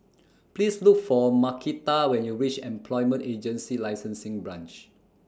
Please Look For Markita when YOU REACH Employment Agency Licensing Branch